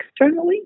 externally